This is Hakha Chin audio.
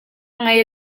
ngei